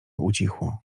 ucichło